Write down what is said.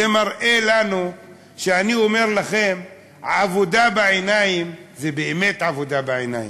זה מראה לנו שכשאני אומר לכם "עבודה בעיניים" זה באמת עבודה בעיניים.